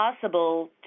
possible